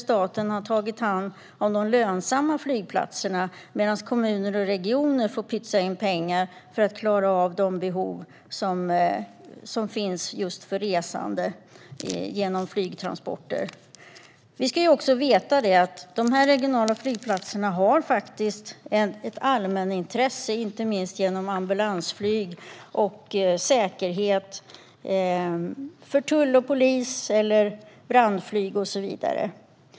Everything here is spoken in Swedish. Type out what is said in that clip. Staten har tagit hand om de lönsamma flygplatserna, medan kommuner och regioner fått pytsa in pengar för att klara av behovet av flygtransporter. De regionala flygplatserna är också av intresse för allmänheten, inte minst vad gäller ambulansflyg och säkerhet - tull, polis, brandflyg och så vidare.